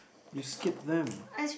you skipped them